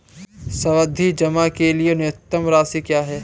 सावधि जमा के लिए न्यूनतम राशि क्या है?